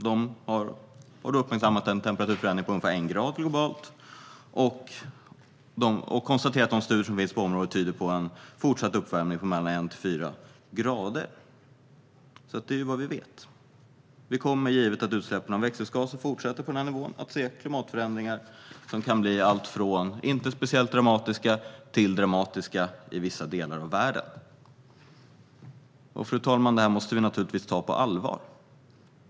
De har uppmärksammat en temperaturförändring på ungefär 1 grad globalt och konstaterar att de studier som finns på området tyder på en fortsatt uppvärmning på 1-4 grader. Detta är vad vi vet. Givet att utsläppen av växthusgaser fortsätter på den här nivån kommer vi att få se klimatförändringar som kan bli allt från inte speciellt dramatiska till dramatiska i vissa delar av världen. Detta, fru talman, måste vi naturligtvis ta på allvar.